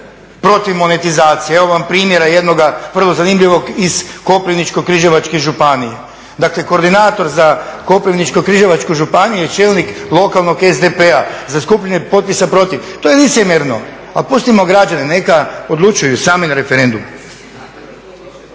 protiv monetizacije. Evo vam primjera jednoga vrlo zanimljivog iz Koprivničko-križevačke županije. Dakle, koordinator za Koprivničko-križevačku županiju je čelnik lokalnog SDP-a za skupljanje potpisa protiv. To je licemjerno. A pustimo građane neka odlučuju sami na referendumu.